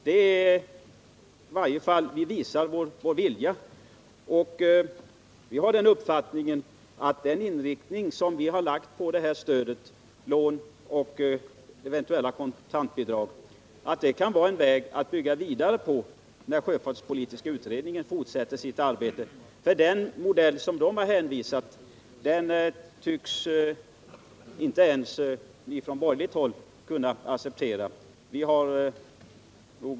Det visar i varje fall vår vilja. Det här stödet föreslås utgå i form av lån och eventuella kontantbidrag. Vi har den uppfattningen att det kan vara en väg att gå vidare på, när sjöfartspolitiska utredningen fortsätter sitt arbete. Den modell som utredningen redovisat tycks inte ens ni på borgerligt håll kunna acceptera.